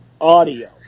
audio